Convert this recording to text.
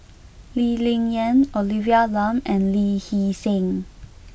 Lee Ling Yen Olivia Lum and Lee Hee Seng